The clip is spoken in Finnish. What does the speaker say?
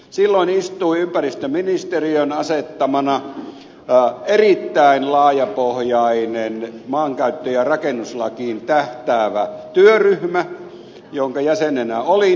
silloin istui ympäristöministeriön asettamana erittäin laajapohjainen maankäyttö ja rakennuslakiin tähtäävä työryhmä jonka jäsenenä olin